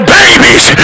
babies